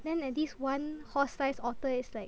then at least one horse-sized otter is like